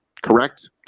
correct